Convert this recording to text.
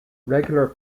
regular